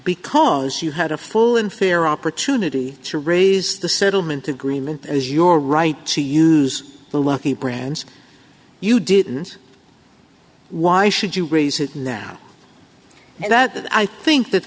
because you had a full and fair opportunity to raise the settlement agreement as your right to use the lucky brands you didn't why should you raise it now that i think that